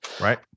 right